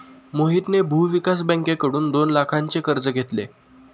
मोहितने भूविकास बँकेकडून दोन लाखांचे कर्ज घेतले